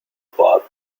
park